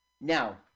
Now